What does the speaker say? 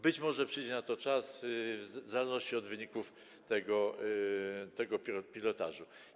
Być może przyjdzie na to czas w zależności od wyników tego pilotażu.